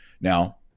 Now